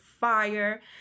fire